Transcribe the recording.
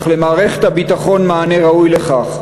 אך למערכת הביטחון מענה ראוי לכך,